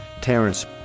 Terrence